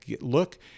look